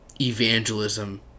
evangelism